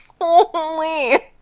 Holy